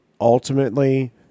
ultimately